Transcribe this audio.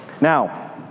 Now